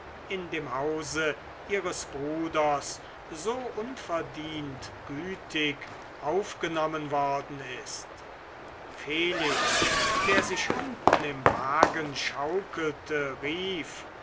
in dem hause ihres bruders so unverdient gütig aufgenommen worden ist felix der sich unten im wagen schaukelte rief